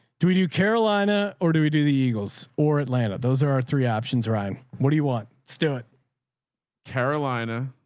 do we do carolina or do we do the eagles or atlanta? those are our three options where i'm what do you want? stew it carolina.